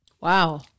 Wow